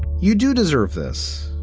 you do deserve this.